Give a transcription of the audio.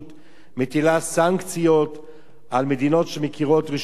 מטילה סנקציות על מדינות שמכירות רשמית ברצח